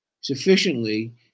sufficiently